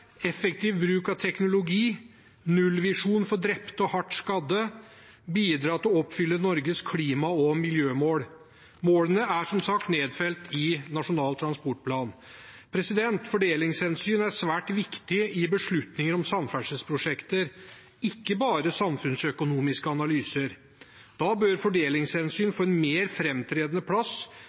effektiv bruk av teknologi, det er nullvisjon for drepte og hardt skadde, og det skal bidra til å oppfylle Norges klima- og miljømål. Målene er som sagt nedfelt i Nasjonal transportplan. Fordelingshensyn, ikke bare samfunnsøkonomiske analyser, er svært viktige i beslutninger om samferdselsprosjekter. Da bør fordelingshensyn få en mer framtredende plass